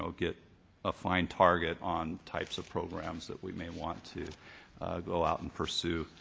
ah get a fine target on types of programs that we may want to go out and pursue.